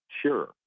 Sure